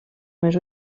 més